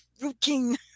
routine